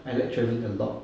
I like travelling a lot